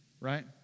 right